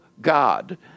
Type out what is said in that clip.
God